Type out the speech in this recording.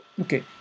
Okay